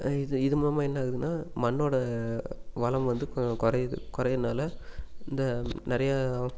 இது இது மூலமாக என்னாகுதுனா மண்ணோடய வளம் வந்து கொ குறையிது குறையிறனால இந்த நிறையா